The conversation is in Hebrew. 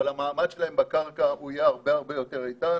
אבל המעמד שלהם בקרקע יהיה הרבה הרבה יותר איתן